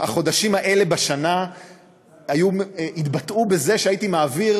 החודשים האלה בשנה התבטאו בזה שהייתי מעביר